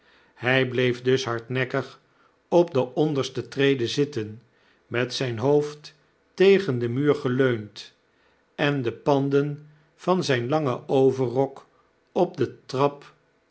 hij bleef dus hardnekkig op de onderste trede zitten met zjjn hoofd tegen den muur geleund en de panden van zjjn langen overrok op de trap